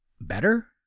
better